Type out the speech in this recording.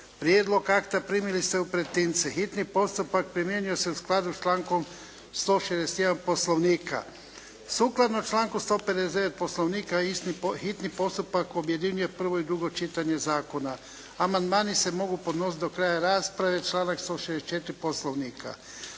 Prijedlog akta primili ste u pretince. Hitni postupak primjenjuje se u skladu s člankom 161. Poslovnika. Sukladno članku 159. Poslovnika hitni postupak objedinjuje prvo i drugo čitanje zakona. Amandmani se mogu podnositi do kraja rasprave, članak 164. Poslovnika.